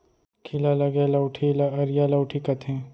खीला लगे लउठी ल अरिया लउठी कथें